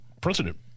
president